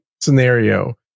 scenario